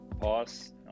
pause